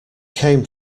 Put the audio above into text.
came